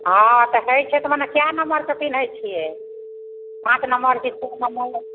हँ तऽ हइ छै तऽ मने कए नम्मर कऽ पिनहै छियै पॉँच नम्मर कि छओ नम्मर